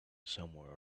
somewhere